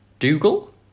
Dougal